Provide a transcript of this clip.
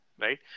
right